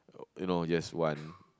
oh you know yes one